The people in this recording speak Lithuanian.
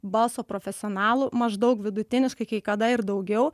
balso profesionalų maždaug vidutiniškai kai kada ir daugiau